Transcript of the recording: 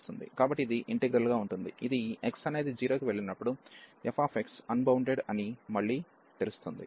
కాబట్టి ఇది ఇంటిగ్రల్ గా ఉంటుంది ఇది x అనేది 0 కి వెళ్ళినప్పుడు f అన్బౌండెడ్ అని మళ్ళీ తెలుస్తుంది